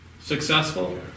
successful